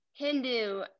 Hindu